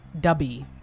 dubby